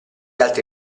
altri